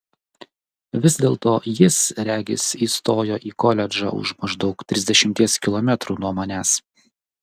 vis dėlto jis regis įstojo į koledžą už maždaug trisdešimties kilometrų nuo manęs